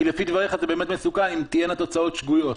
כי לפי דבריך זה באמת מסוכן אם תהיינה תוצאות שגויות.